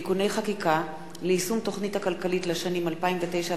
חקיקה להשגת יעדי התקציב והמדיניות הכלכלית לשנת הכספים 2002)